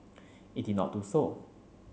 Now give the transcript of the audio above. it did not do so